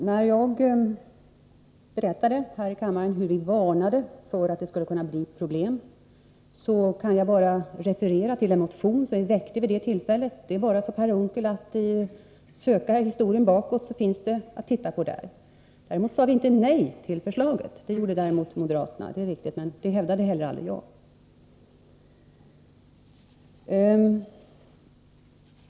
Herr talman! Jag berättade nyss hur vi varnade för att det skulle bli problem, och jag kan referera till en motion som vi väckte vid det tillfället. Det är bara för Per Unckel att söka bakåt i tiden, så kan han titta på vad där står. Däremot är det riktigt att vi inte sade nej till förslaget — vilket moderaterna gjorde — men det hävdade jag heller aldrig.